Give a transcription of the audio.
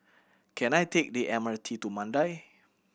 can I take the M R T to Mandai